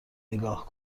نگاه